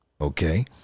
Okay